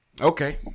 okay